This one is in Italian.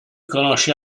conosce